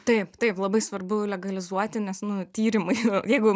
taip taip labai svarbu legalizuoti nes nu tyrimai jeigu